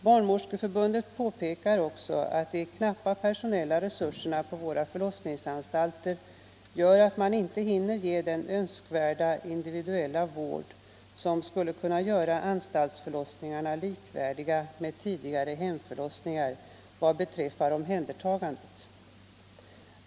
Barnmorskeförbundet påpekar också att de knappa personella resurserna på våra förlossningsanstalter gör att man inte hinner ge den önskvärda individuella vård som skulle kunna göra anstaltsförlossningarna likvärdiga med tidigare hemförlossningar vad beträffar omhändertagandet.